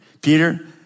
Peter